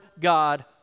God